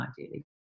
ideally